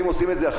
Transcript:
זה.